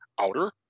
outer